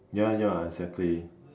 ya ya exactly